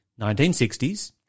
1960s